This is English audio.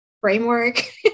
framework